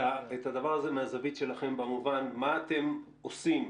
את הדבר הזה מהזווית שלכם מה אתם עושים